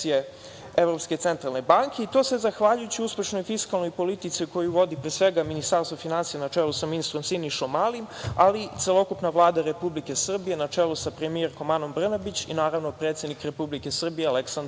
Evropske centralne banke i to sve zahvaljujući uspešnoj fiskalnoj politici koju vodi pre svega Ministarstvo finansija, na čelu sa ministrom Sinišom Mali, ali i celokupna Vlada Republike Srbije, na čelu sa premijerkom Anom Brnabić i naravno predsednik Republike Srbije, Aleksandar